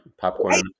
Popcorn